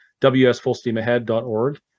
wsfullsteamahead.org